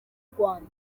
rwanda